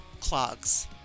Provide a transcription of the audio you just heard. clogs